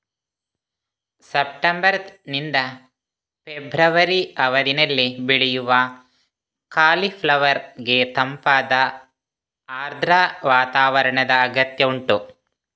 September ನಿಂದ February ಅವಧಿನಲ್ಲಿ ಬೆಳೆಯುವ ಕಾಲಿಫ್ಲವರ್ ಗೆ ತಂಪಾದ ಆರ್ದ್ರ ವಾತಾವರಣದ ಅಗತ್ಯ ಉಂಟು